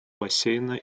бассейна